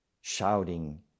shouting